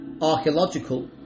archaeological